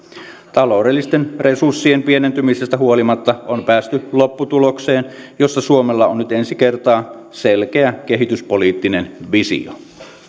taloudellisten resurssien pienentymisestä huolimatta on päästy lopputulokseen jossa suomella on nyt ensi kertaa selkeä kehityspoliittinen visio